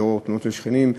לנוכח תלונות של שכנים,